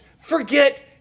forget